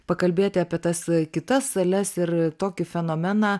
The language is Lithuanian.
pakalbėti apie tas kitas sales ir tokį fenomeną